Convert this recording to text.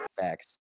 Facts